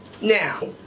Now